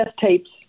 tapes